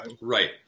right